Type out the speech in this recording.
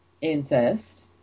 incest